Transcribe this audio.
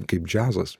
kaip džiazas